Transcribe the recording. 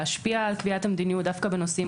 להשפיע על קביעת המדיניות דווקא בנושאים